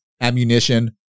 ammunition